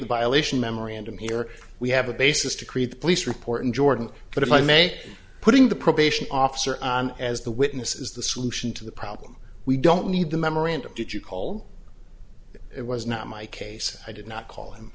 the violation memorandum here we have a basis to create the police report in jordan but if i may putting the probation officer as the witness is the solution to the problem we don't need the memorandum did you call it was not my case i did not call